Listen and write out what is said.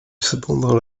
cependant